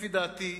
לפי דעתי,